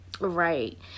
Right